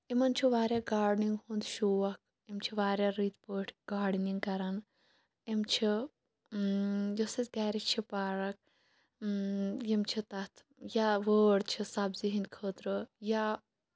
یِمن چھُ واریاہ گاڈنیٚنگ ہُنٛد شوق یِم چھِ واریاہ رٕتۍ پٲٹھۍ گاڈنیٚنِگ کران یِم چھِ یۄس اَسہِ گرِ چھِ پارَک یِم چھِ تَتھ یا وٲر چھِ سَبزی ہِنٛدۍ خٲطرٕ یا